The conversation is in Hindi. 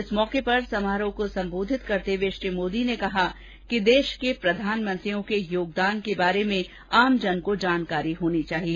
इस मौके पर समारोह को संबोधित करते हुए श्री मोदी ने कहा कि देश के प्रधानमंत्रियों के योगदान के बारे में आमजन को जानकारी होनी चाहिए